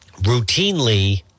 Routinely